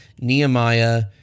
Nehemiah